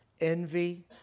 envy